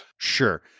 Sure